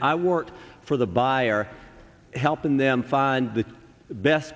i work for the buyer helping them find the best